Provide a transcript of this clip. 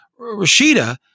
Rashida